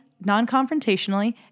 non-confrontationally